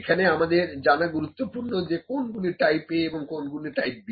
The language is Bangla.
এখানে আমাদের জানা গুরুত্বপূর্ণ যে কোনগুলো টাইপ A এবং কোনগুলো টাইপ B